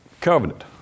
Covenant